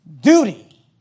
duty